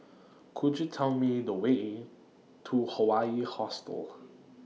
Could YOU Tell Me The Way to Hawaii Hostel